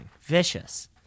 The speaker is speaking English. Vicious